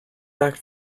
back